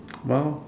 !wow!